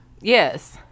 Yes